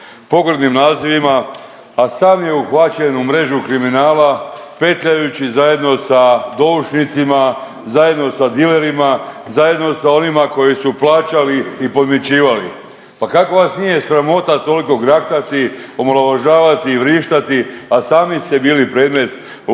pogrdnim nazivima, a sam je uhvaćen u mrežu kriminala petljajući zajedno sa doušnicima, zajedno sa dilerima, zajedno sa onima koji su plaćali i podmićivali. Pa kako vas nije sramota toliko graktati, omalovažavati i vrištati, a sami ste bili predmet lova